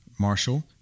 Marshall